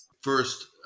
First